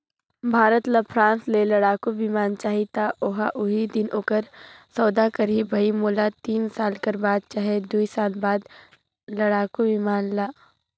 भारत ल फ्रांस ले लड़ाकु बिमान चाहीं त ओहा उहीं दिन ओखर सौदा करहीं भई मोला तीन साल कर बाद चहे दुई साल बाद लड़ाकू बिमान ल